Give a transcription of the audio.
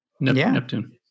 Neptune